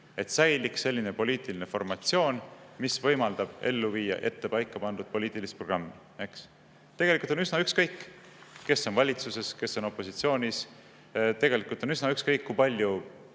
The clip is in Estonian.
et säiliks selline poliitiline formatsioon, mis võimaldab ellu viia ette paika pandud poliitilist programmi. Tegelikult on üsna ükskõik, kes on valitsuses, kes on opositsioonis. Tegelikult on üsna ükskõik, kui palju